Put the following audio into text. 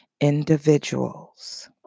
individuals